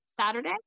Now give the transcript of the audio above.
Saturday